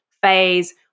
phase